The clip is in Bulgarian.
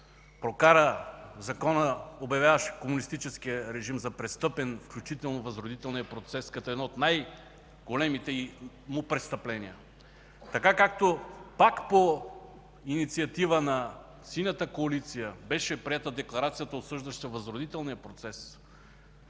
прокара закона, обявяващ комунистическия режим за престъпен, включително възродителния процес като едно от най-големите му престъпления, както пак по инициатива на Синята коалиция беше приета декларацията, осъждаща възродителния процес.